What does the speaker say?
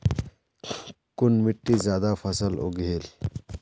कुन मिट्टी ज्यादा फसल उगहिल?